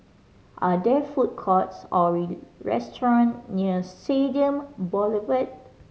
are there food courts or restaurant near Stadium Boulevard